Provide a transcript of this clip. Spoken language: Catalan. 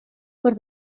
per